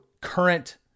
current